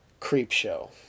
Creepshow